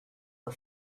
her